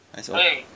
拍手了